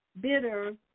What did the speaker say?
bitter